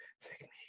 Technique